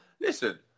Listen